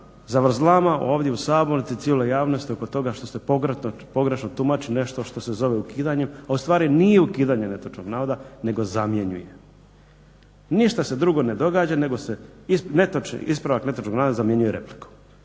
zavrzlama ovdje u sabornici, u cijeloj javnosti oko toga što se pogrešno tumači nešto što se zove ukidanjem, a u stvari nije ukidanje netočnog navoda, nego zamjenjuje. Ništa se drugo ne događa nego se ispravak netočno navoda zamjenjuje repliko.